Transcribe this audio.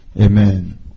Amen